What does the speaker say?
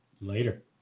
Later